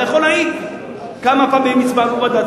אתה יכול להעיד כמה פעמים הצבענו בוועדת